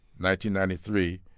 1993